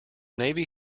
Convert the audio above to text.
navy